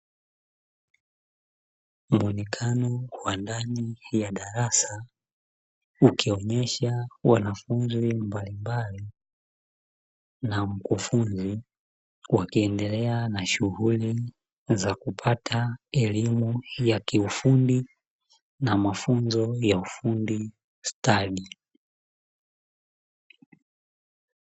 Muonekano wa ndani ya darasa ukionyesha wanafunzi mbalimbali na mkufunzi, wakiendelea na shughuli za kupata elimu ya kiufundi na mafunzo ya ufundi stadi.